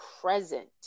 present